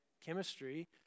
chemistry